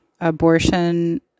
abortion